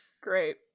Great